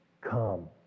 Come